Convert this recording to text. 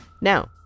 now